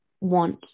want